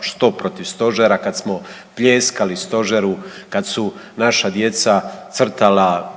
što protiv Stožera, kad smo pljeskali Stožeru kad su naša djeca crtala i